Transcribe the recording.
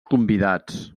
convidats